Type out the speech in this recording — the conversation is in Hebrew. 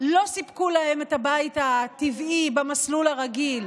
לא סיפקו להם את הבית הטבעי במסלול הרגיל,